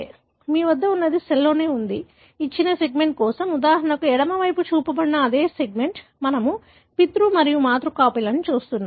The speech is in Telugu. కాబట్టి మీ వద్ద ఉన్నది సెల్లో ఉంది ఇచ్చిన సెగ్మెంట్ కోసం ఉదాహరణకు ఎడమ వైపున చూపించబడిన అదే సెగ్మెంట్ మనము పితృ మరియు మాతృ కాపీలను చూస్తున్నాము